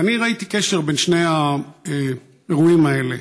ואני ראיתי קשר בין שני האירועים האלה,